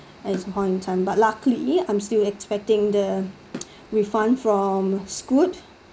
as one time but luckily I'm still expecting the refund from scoot